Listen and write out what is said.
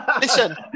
Listen